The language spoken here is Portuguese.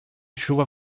chuva